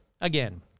again